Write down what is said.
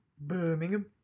Birmingham